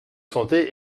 santé